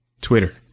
Twitter